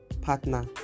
partner